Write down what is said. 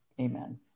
amen